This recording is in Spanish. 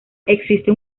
existe